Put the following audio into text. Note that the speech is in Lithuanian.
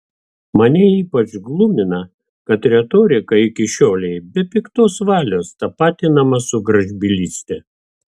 mane ypač glumina kad retorika iki šiolei be piktos valios tapatinama su gražbylyste